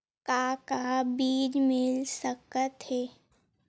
का का बीज मिल सकत हे?